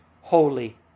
holy